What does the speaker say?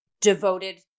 devoted